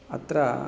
अत्र